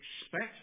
Expect